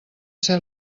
ser